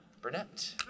Burnett